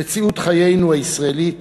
חיינו הישראלית,